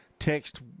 Text